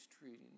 treating